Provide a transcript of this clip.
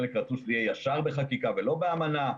חלק רצו שזה יהיה ישר בחקיקה ולא באמנה.